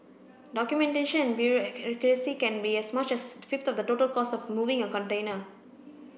documentation and can be as much as a fifth of the total cost of moving a container